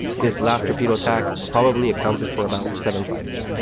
this last torpedo attack probably accounted for about seven fighters.